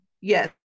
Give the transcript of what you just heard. yes